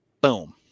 Boom